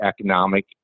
economic